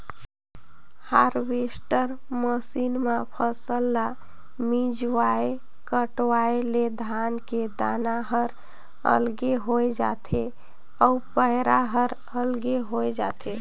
harvester machine म फसल ल मिंजवाय कटवाय ले धान के दाना हर अलगे होय जाथे अउ पैरा हर अलगे होय जाथे